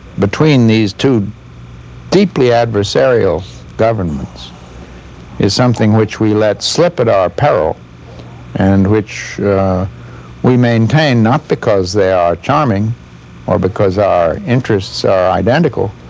between these two deeply adversarial governments is something which we let slip at our peril and which we maintain, not because they are charming or because our interests are identical,